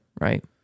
right